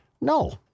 No